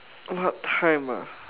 what time ah